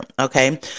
Okay